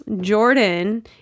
jordan